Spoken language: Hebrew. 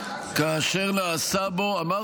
כאשר נעשה בו --- אדוני השר,